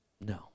no